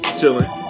chilling